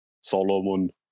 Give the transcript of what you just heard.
Solomon